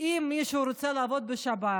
אם מישהו רוצה לעבוד בשבת,